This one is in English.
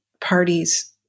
parties